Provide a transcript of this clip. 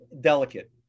Delicate